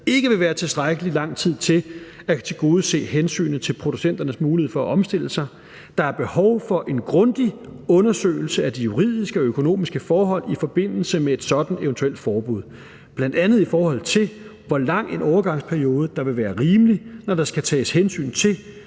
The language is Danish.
ikke vil være tilstrækkelig lang tid til at tilgodese hensynet til producenternes mulighed for at omstille sig. Der er behov for en grundig undersøgelse af de juridiske og økonomiske forhold i forbindelse med et sådant eventuelt forbud, bl.a. i forhold til hvor lang en overgangsperiode der vil være rimelig, når der skal tages hensyn til,